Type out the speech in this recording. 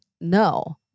no